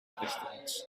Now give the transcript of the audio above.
distance